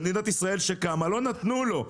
במדינת ישראל שקמה לא נתנו לו.